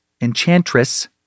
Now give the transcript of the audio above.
Enchantress